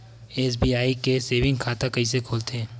SBI के saving खाता कइसे खोलथे?